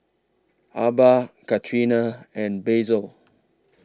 Arba Katerina and Basil